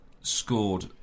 scored